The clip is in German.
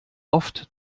oft